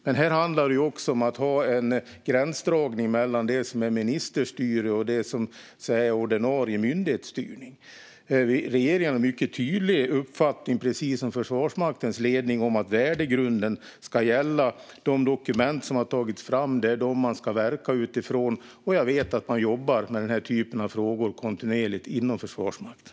Men här handlar det också om att ha en gränsdragning mellan det som är ministerstyre och det som är ordinarie myndighetsstyrning. Regeringen har, precis som Försvarsmaktens ledning, en mycket tydlig uppfattning att värdegrunden ska gälla. De dokument som har tagits fram är de som man ska verka utifrån, och jag vet att man jobbar kontinuerligt med den här typen av frågor inom Försvarsmakten.